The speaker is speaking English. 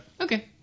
Okay